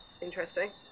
Interesting